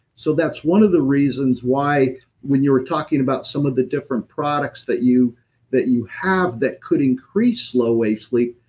so that's one of the reasons why when you're talking about some of the different products that you that you have that could increase slow wave sleep,